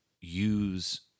use